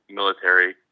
military